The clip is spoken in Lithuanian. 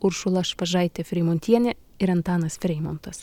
uršula švažaitė freimontienė ir antanas freimontas